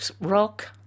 rock